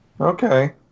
Okay